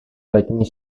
letní